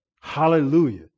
Hallelujah